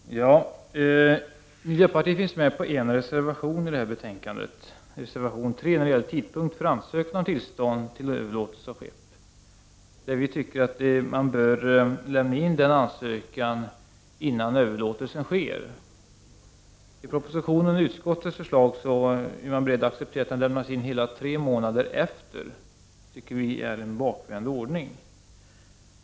Herr talman! Miljöpartiet har med en reservation i det här betänkandet, nämligen reservation 3, som gäller tidpunkt för ansökan om tillstånd till överlåtelse. Vi tycker att man bör lämna in den ansökan innan överlåtelsen sker. I propositionens och utskottets förslag är man beredd att acceptera att den lämnas in hela tre månader efter den tidpunkten. Det tycker vi är en bakvänd ordning.